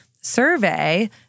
survey